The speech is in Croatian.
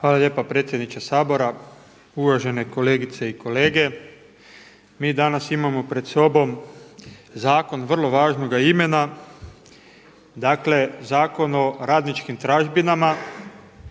Hvala lijepa predsjedniče Sabora, uvažene kolegice i kolege. Mi danas imamo pred sobom zakon vrlo važnoga imena, dakle Zakon o radničkim tražbinama